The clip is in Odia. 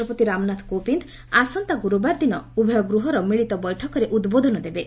ରାଷ୍ଟପତି ରାମନାଥ କୋବିନ୍ଦ ଆସନ୍ତା ଗୁରୁବାର ଦିନ ଉଭୟ ଗୃହର ମିଳିତ ବୈଠକରେ ଉଦ୍ବୋଦନ ଦେବେ